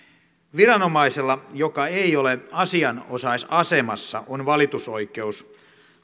viranomaisella joka ei ole asianosaisasemassa on valitusoikeus